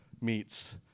meets